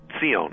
Sion